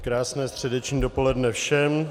Krásné středeční dopoledne všem.